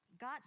God